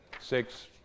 Six